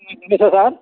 నమస్తే సార్